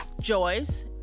Joyce